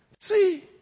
See